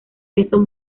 peso